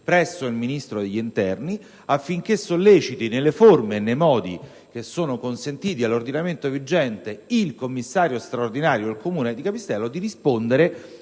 presso il Ministro dell'interno affinché solleciti, nelle forme e nei modi consentiti dall'ordinamento vigente, il commissario straordinario del Comune di Capistrello a rispondere